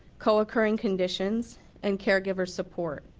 co-occurring conditions and caregiver support.